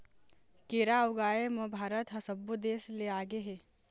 केरा ऊगाए म भारत ह सब्बो देस ले आगे हे